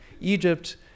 Egypt